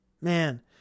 Man